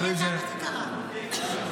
אחרי זה --- מעניין למה זה קרה.